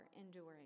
enduring